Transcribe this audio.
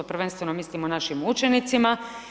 Prvenstveno mislim o našim učenicima.